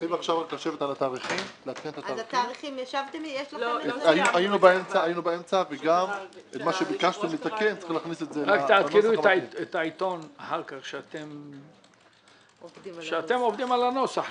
לעדכן את זה -- רק תעדכנו את העיתון אחר כך שאתם עובדים על הנוסח.